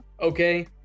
Okay